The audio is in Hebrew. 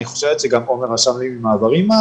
אני חושבת שגם עומר רשם לי "מעברים",